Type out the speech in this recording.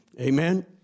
Amen